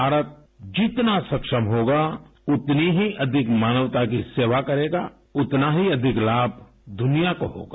भारत जितना सक्षम होगा उतनी ही अधिक मानवता की सेवा करेगा उतना ही अधिक लाभ दुनिया को होगा